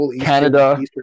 Canada